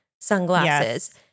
sunglasses